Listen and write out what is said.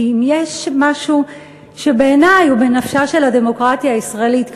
כי אם יש משהו שבעיני הוא בנפשה של הדמוקרטיה הישראלית,